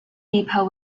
depot